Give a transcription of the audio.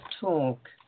talk